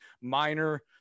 Minor